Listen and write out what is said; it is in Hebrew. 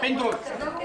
(הישיבה נפסקה בשעה 09:46 ונתחדשה בשעה 09:51.)